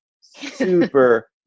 super